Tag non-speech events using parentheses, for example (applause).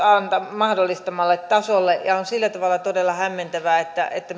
mahdollistamalle tasolle on sillä tavalla todella hämmentävää että että (unintelligible)